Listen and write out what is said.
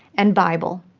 and bible.